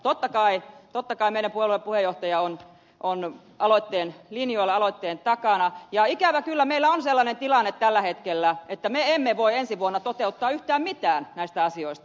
totta kai meidän puolueemme puheenjohtaja on aloitteen linjoilla aloitteen takana ja ikävä kyllä meillä on sellainen tilanne tällä hetkellä että me emme voi ensi vuonna toteuttaa yhtään mitään näistä asioista